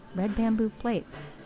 red bamboo plates.